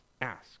ask